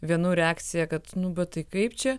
vienų reakcija kad nu bet tai kaip čia